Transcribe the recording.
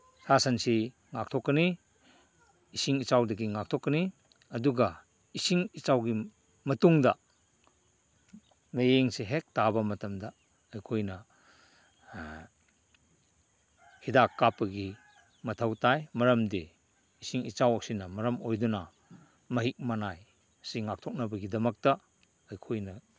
ꯁꯥ ꯁꯟꯁꯤ ꯉꯥꯛꯊꯣꯛꯀꯅꯤ ꯏꯁꯤꯡ ꯏꯆꯥꯎꯗꯒꯤ ꯉꯥꯛꯊꯣꯛꯀꯅꯤ ꯑꯗꯨꯒ ꯏꯁꯤꯡ ꯏꯆꯥꯎꯒꯤ ꯃꯇꯨꯡꯗ ꯃꯌꯦꯡꯁꯦ ꯍꯦꯛ ꯇꯥꯕ ꯃꯇꯝꯗ ꯑꯩꯈꯣꯏꯅ ꯍꯤꯗꯥꯛ ꯀꯥꯞꯄꯒꯤ ꯃꯊꯧ ꯇꯥꯏ ꯃꯔꯝꯗꯤ ꯏꯁꯤꯡ ꯏꯆꯥꯎꯁꯤꯅ ꯃꯔꯝ ꯑꯣꯏꯗꯨꯅ ꯃꯍꯤꯛ ꯃꯅꯥꯏꯁꯤ ꯉꯥꯛꯊꯣꯛꯅꯕꯒꯤꯗꯃꯛꯇ ꯑꯩꯈꯣꯏꯅ